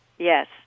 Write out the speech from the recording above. Yes